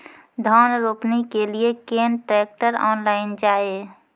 धान रोपनी के लिए केन ट्रैक्टर ऑनलाइन जाए?